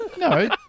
No